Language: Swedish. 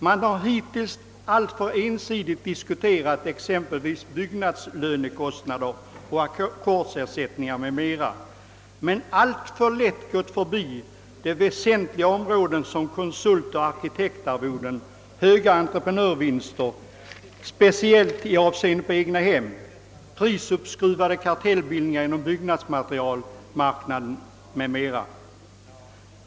Man har hittills alltför ensidigt diskuterat exempelvis byggnadslönekostnader och ackordsersättningar m.m. och alltför lätt gått förbi väsentliga områden, såsom <konsultoch 'arkitektarvoden, höga entreprenörsvinster — speciellt i avseende på egnahem — prisuppskruvande kartellbildningar inom byggnadsmaterialmarknaden m.m.